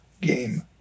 game